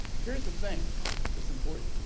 here's the thing that's important,